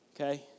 Okay